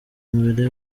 mbere